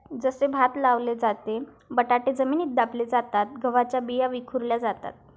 जसे भात लावले जाते, बटाटे जमिनीत दाबले जातात, गव्हाच्या बिया विखुरल्या जातात